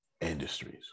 industries